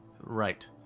Right